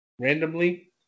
randomly